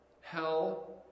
hell